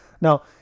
Now